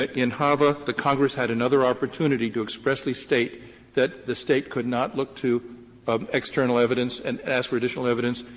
in hava, the congress had another opportunity to expressly state that the state could not look to um external evidence and ask for additional evidence,